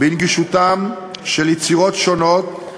בהתייעצות עם שר האוצר